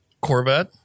Corvette